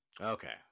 Okay